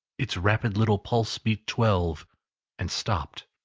its rapid little pulse beat twelve and stopped.